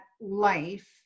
life